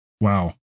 wow